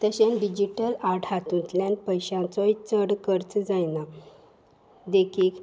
तशें digital art हातूंतल्यान पयशांचोय चड खर्च जायना देखीक